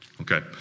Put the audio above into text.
Okay